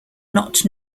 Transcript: not